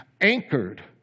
anchored